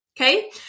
okay